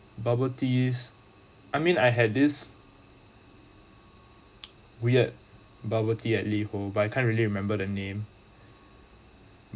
bubble teas I mean I had this weird bubble tea at liho but I can't really remember the name